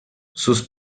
sus